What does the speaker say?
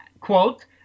quote